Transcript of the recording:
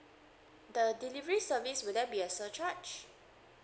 the delivery service will there be a surcharge